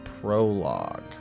prologue